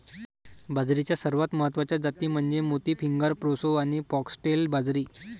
बाजरीच्या सर्वात महत्वाच्या जाती म्हणजे मोती, फिंगर, प्रोसो आणि फॉक्सटेल बाजरी